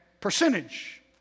percentage